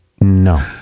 No